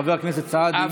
חבר הכנסת סעדי.